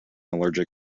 allergic